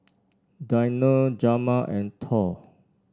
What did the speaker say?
Dionne Jamal and Thor